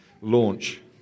launch